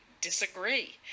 disagree